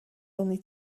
only